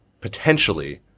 potentially